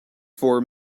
for